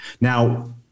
Now